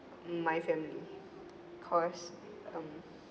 mm my family cause um